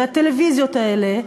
והטלוויזיות האלה,